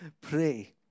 Pray